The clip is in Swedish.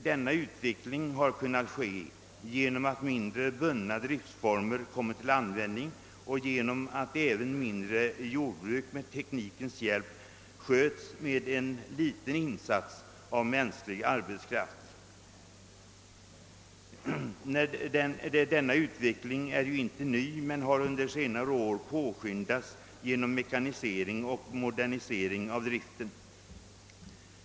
Denna utveckling har kunnat ske genom att mindre bundna driftformer kommit till användning och genom att även mindre jordbruk med teknikens hjälp sköts med en liten insats av mänsklig arbetskraft. Denna utveckling är ju inte ny men har under senare år påskyndats genom mekanisering och modernisering av driften.